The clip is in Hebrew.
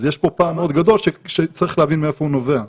אז יש פה פער מאוד גדול שצריך להבין מאיפה הוא נובע.